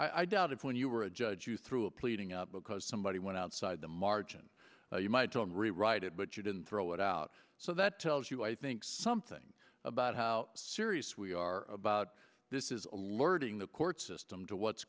margin i doubt if when you were a judge you threw a pleading up because somebody went outside the margin you might own rewrite it but you didn't throw it out so that tells you i think something about how serious we are about this is alerting the court system to what's